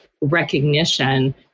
recognition